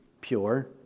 Pure